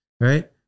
right